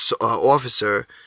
officer